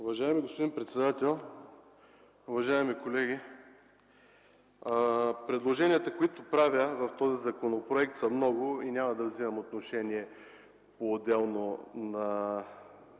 Уважаеми господин председател, уважаеми колеги! Предложенията, които правя в този законопроект, са много и няма да вземам отношение отделно по